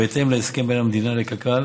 בהתאם להסכם בין המדינה לקק"ל